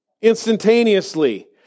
Instantaneously